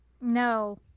No